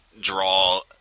draw